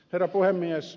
herra puhemies